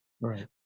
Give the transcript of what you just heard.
Right